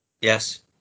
Yes